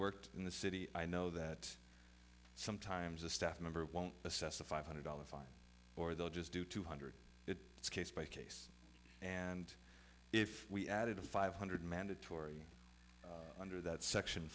worked in the city i know that sometimes a staff member won't assess a five hundred dollar fine or they'll just do two hundred if it's case by case and if we added a five hundred mandatory under that section